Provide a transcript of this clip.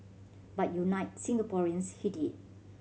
but unite Singaporeans he did